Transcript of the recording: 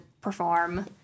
perform